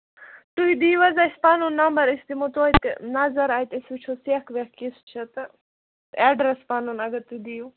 تُہۍ دیٖوٕ حظ اَسہِ پَنُن نَمبر أسۍ دِمہو توتہِ نَظر اَتہِ أسۍ وُچھو سٮ۪کھ وٮ۪کھ کِژھ چھےٚ تہٕ ایڈرَس پَنُن اَگر تُہۍ دِیِو